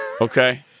Okay